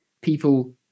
people